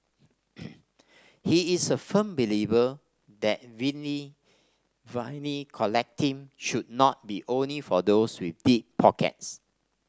he is a firm believer that vinyl collecting should not be only for those with deep pockets